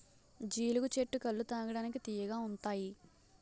జీలుగు చెట్టు కల్లు తాగడానికి తియ్యగా ఉంతాయి